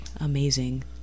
Amazing